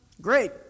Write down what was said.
Great